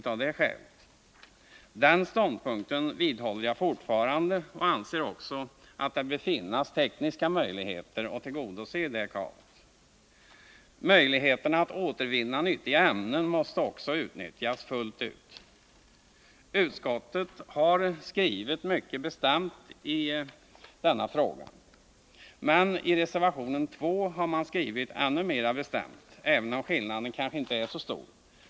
Jag vidhåller den ståndpunkten och anser också att det bör finnas tekniska möjligheter att tillgodose detta krav. Möjligheterna att återvinna nyttiga ämnen måste också utnyttjas fullt ut. Utskottet har skrivit mycket bestämt i denna fråga, men i reservation 2 har man skrivit ännu mera bestämt, även om skillnaden kanske inte är så stor.